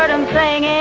i'm playing